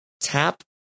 Tap